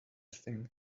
thing